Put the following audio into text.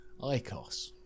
ICOS